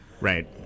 Right